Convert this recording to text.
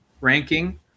ranking